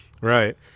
Right